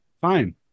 fine